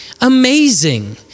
Amazing